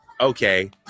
Okay